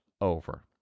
over